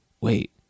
wait